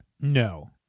No